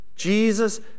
Jesus